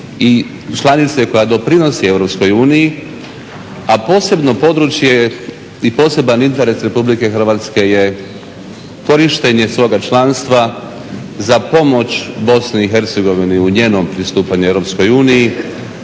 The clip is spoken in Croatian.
i članice koja doprinosi EU a posebno područje je i poseban interes RH je korištenje svoga članstva za pomoć BiH u njenom pristupanju EU.